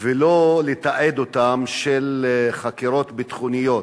ולא לתעד אותן, חקירות ביטחוניות.